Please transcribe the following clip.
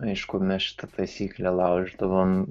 aišku mes šitą taisyklę lauždavom